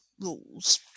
Rules